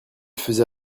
faisait